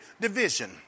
division